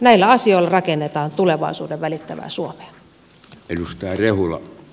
näillä asioilla rakennetaan tulevaisuuden välittävää suomea